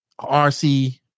RC